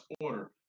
order